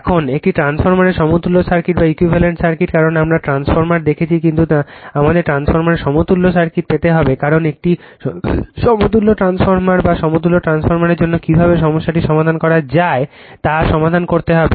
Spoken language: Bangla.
এখন একটি ট্রান্সফরমারের সমতুল্য সার্কিট কারণ আমরা ট্রান্সফরমার দেখেছি কিন্তু আমাদের ট্রান্সফরমারের সমতুল্য সার্কিট পেতে হবে কারণ একটি সমতুল্য ট্রান্সফরমার বা সমতুল্য ট্রান্সফরমারের জন্য কীভাবে সমস্যাটি সমাধান করা যায় তা সমাধান করতে হবে